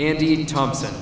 indeed thompson